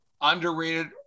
underrated